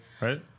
right